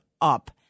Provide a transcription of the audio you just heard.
up